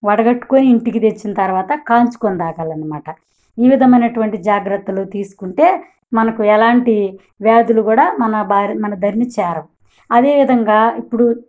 వడగట్టుకొని ఇంటికి తెచ్చిన తరువాత కాచుకొని త్రాగాలి అన్నమాట ఈ విధమైనటువంటి జాగ్రత్తలు తీసుకుంటే మనకు ఎలాంటి వ్యాధులు కూడా మన భ మన ధరిని చేరవు అదేవిధంగా ఇప్పుడు